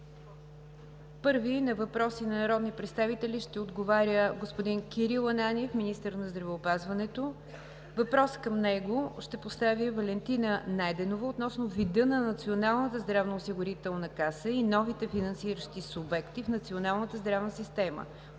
На въпроси на народни представители пръв ще отговаря господин Кирил Ананиев – министър на здравеопазването. Въпрос към него ще постави Валентина Найденова относно вида на Националната здравноосигурителна каса и новите финансиращи субекти в националната здравна система